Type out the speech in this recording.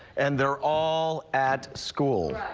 and they're all at school.